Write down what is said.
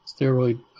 steroid